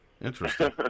Interesting